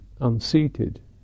unseated